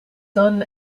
son